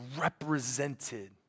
represented